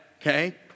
Okay